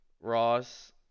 Ross